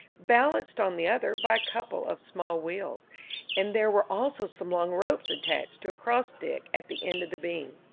balanced on the other by a couple of small wheels and there were also some long ropes attached to a cross-stick at the end of the beam.